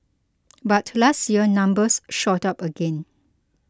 but last year numbers shot up again